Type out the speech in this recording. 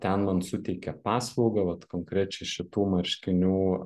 ten man suteikė paslaugą vat konkrečiai šitų marškinių